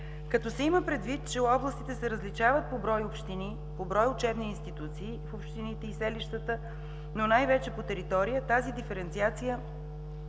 Като се има предвид, че областите се различават по брой общини, по брой учебни институции в общините и селищата, но най-вече по територия, тази диференциация